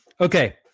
Okay